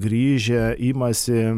grįžę imasi